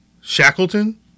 Shackleton